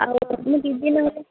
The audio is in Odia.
ଆଉ ମୁଁ ଯିବି ନହେଲେ